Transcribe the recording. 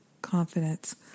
Confidence